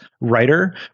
writer